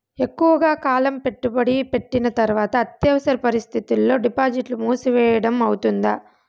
ఎక్కువగా కాలం పెట్టుబడి పెట్టిన తర్వాత అత్యవసర పరిస్థితుల్లో డిపాజిట్లు మూసివేయడం అవుతుందా?